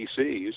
PCs